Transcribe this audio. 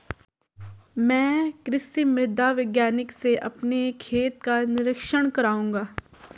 मैं कृषि मृदा वैज्ञानिक से अपने खेत का निरीक्षण कराऊंगा